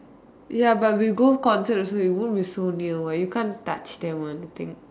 ya but we go concert also we won't be so near what you can't touch them or anything